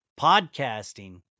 Podcasting